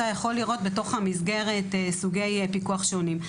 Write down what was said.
יכול לראות בתוך המסגרת סוגי פיקוח שונים.